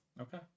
Okay